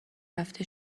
رفته